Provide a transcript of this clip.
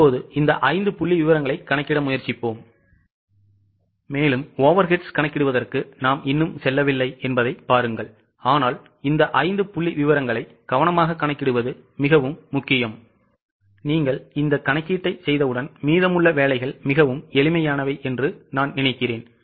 இப்போது இந்த 5 புள்ளிவிவரங்களைக் கணக்கிட முயற்சிப்போம் overheads கணக்கிடுவதற்கு நாம் இன்னும் செல்லவில்லை என்பதைப் பாருங்கள் ஆனால் இந்த 5 புள்ளிவிவரங்களை கவனமாகக் கணக்கிடுவது மிகவும் முக்கியம் நீங்கள் செய்தவுடன் மீதமுள்ள வேலைகள் மிகவும் எளிமையானவை என்று நான் நினைக்கிறேன்